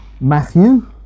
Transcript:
Matthew